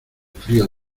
frío